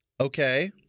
Okay